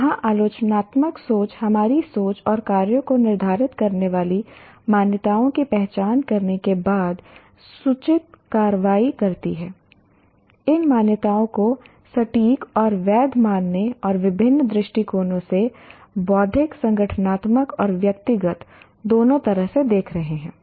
यहाँ आलोचनात्मक सोच हमारी सोच और कार्यों को निर्धारित करने वाली मान्यताओं की पहचान करने के बाद सूचित कार्रवाई करती है इन मान्यताओं को सटीक और वैध मानने और विभिन्न दृष्टिकोणों से बौद्धिक संगठनात्मक और व्यक्तिगत दोनों तरह से देख रहे हैं